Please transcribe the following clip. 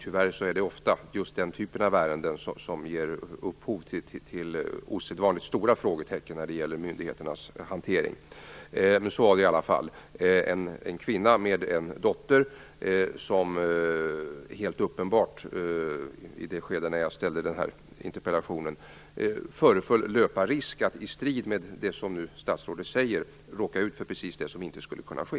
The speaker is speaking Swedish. Tyvärr är det ofta den typen av ärenden som ger upphov till osedvanligt stora frågetecken när det gäller myndigheternas hantering. Detta fall gäller en kvinna med en dotter som helt uppenbart - i det skede då jag framställde min interpellation - föreföll att löpa risk för att i strid med det som statsrådet nu sade precis det som inte skulle kunna ske.